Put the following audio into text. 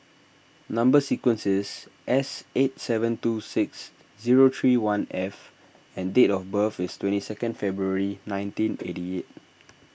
Number Sequence is S eight seven two six zero three one F and date of birth is twenty second February nineteen eighty eight